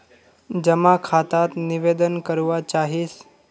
जमा खाता त निवेदन करवा चाहीस?